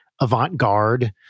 avant-garde